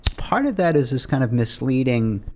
part of that is this kind of misleading,